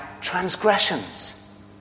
transgressions